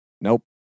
Nope